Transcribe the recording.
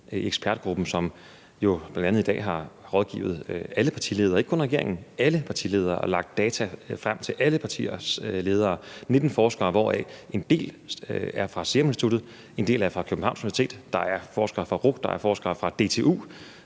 ekspertgruppen, som jo bl.a. i dag har rådgivet alle partiledere, ikke kun regeringen, og har lagt data frem til alle partiers ledere. Det er 19 forskere, hvoraf en del er fra Seruminstituttet, en del fra Københavns Universitet, og der er forskere fra RUC, DTU,